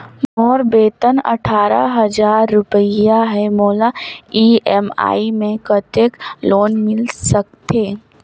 मोर वेतन अट्ठारह हजार रुपिया हे मोला ई.एम.आई मे कतेक लोन मिल सकथे?